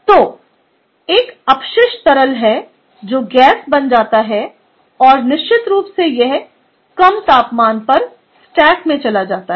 तो यह अपशिष्ट तरल है जो गैस बन जाता है और निश्चित रूप से यह कम तापमान पर स्टैक में चला जाता है